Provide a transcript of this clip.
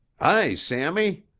hi, sammy.